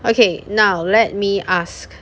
okay now let me ask